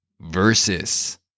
Versus